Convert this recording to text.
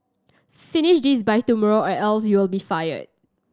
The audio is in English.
finish this by tomorrow or else you'll be fired